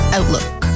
Outlook